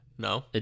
No